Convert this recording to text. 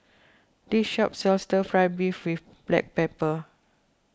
this shop sells Stir Fry Beef with Black Pepper